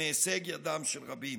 מהישג ידם של רבים.